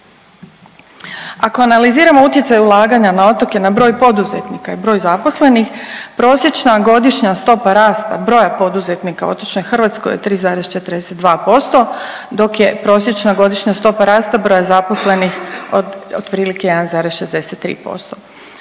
Ako analiziramo utjecaj ulaganja na otoke na broj poduzetnika i broj zaposlenih, prosječna godišnja stopa rasta broja poduzetnika otočne Hrvatske je 3,42%, dok je prosječna godišnja stopa rasta broja zaposlenih otprilike 1,63%.